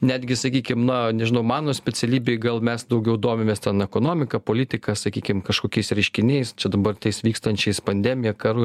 netgi sakykim na nežinau mano specialybėj gal mes daugiau domimės ten ekonomika politika sakykim kažkokiais reiškiniais čia dabar tais vykstančiais pandemija karu